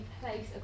place